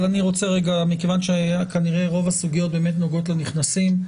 רוב הסוגיות באמת נוגעות לנכנסים,